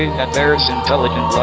that there's intelligent